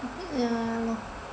ya lor